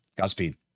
Godspeed